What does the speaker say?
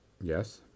Yes